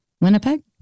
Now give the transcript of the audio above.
Winnipeg